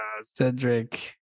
cedric